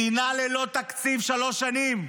מדינה ללא תקציב שלוש שנים,